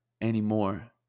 anymore